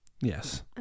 Yes